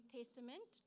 Testament